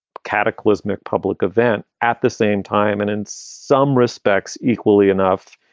cataclysmic public event. at the same time, and in some respects equally enough,